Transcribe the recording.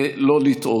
לא לטעות.